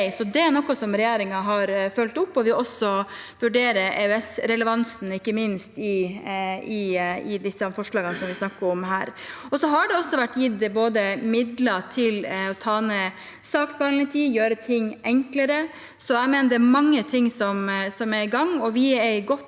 dette er noe som regjeringen har fulgt opp, og vi vurderer også EØS-relevansen i de forslagene vi snakker om her. Og så har det vært gitt midler til å ta ned saksbehandlingstiden, gjøre ting enklere. Jeg mener det er mange ting som er i gang, og vi er godt